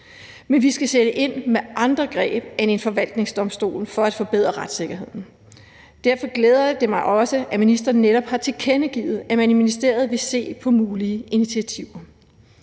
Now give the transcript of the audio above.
Men vi skal sætte ind med andre greb end en forvaltningsdomstol for at forbedre retssikkerheden. Derfor glæder det mig også, at ministeren netop har tilkendegivet, at man i ministeriet vil se på mulige initiativer.